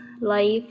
life